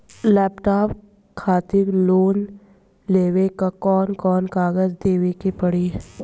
Laptop खातिर loan लेवे ला कौन कौन कागज देवे के पड़ी?